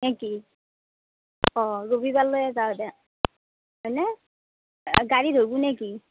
নে কি অঁ ৰবিবাৰ লৈয়ে যাওঁ দেক হয়নে গাড়ী ধৰবো নে কি